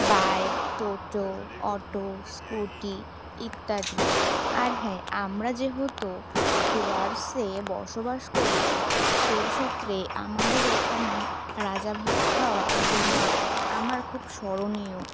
bike টোটো auto scooty ইত্যাদি আর হ্যাঁ আমরা যেহেতু ডুয়ার্সে বসবাস করি সেই সূত্রে আমাদের এখানে রাজাভাতখাওয়া ডিমা আমার খুব স্মরণীয়